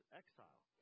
exile